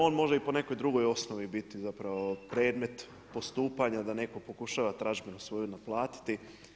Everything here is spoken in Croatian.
On može i po nekoj drugoj osnovi biti predmet postupanja da neko pokušava tražbinu svoju naplatiti.